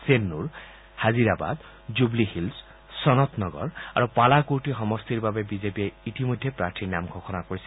চেন্নৰ জাহিৰাবাদ জুৱলী হিল্চ চনথ নগৰ আৰু পালা কূৰ্তি সমষ্টিৰ বাবে বিজেপিয়ে ইতিমধ্যে প্ৰাৰ্থীৰ নাম ঘোষণা কৰিছে